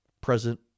present